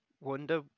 wonder